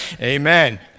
Amen